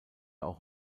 auch